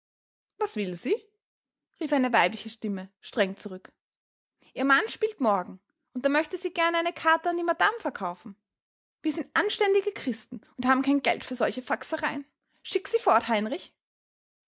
was will sie rief eine weibliche stimme streng zurück ihr mann spielt morgen und da möchte sie gern eine karte an die madame verkaufen wir sind anständige christen und haben kein geld für solche faxereien schick sie fort heinrich